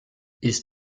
ist